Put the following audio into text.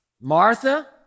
Martha